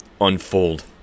unfold